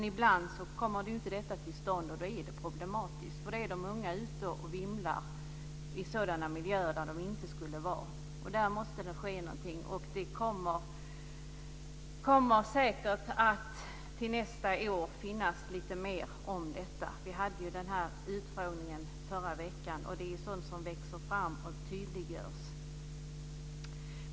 Ibland kommer en sådan inte till stånd, och då är det problematiskt. Då är de unga ute och vimlar i miljöer där de inte skulle vara. Där måste det ske någonting. Det kommer säkert att till nästa år finnas lite mer material om detta. Vi hade utfrågning förra veckan, och det är sådant som växer fram och tydliggörs.